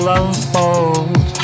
unfold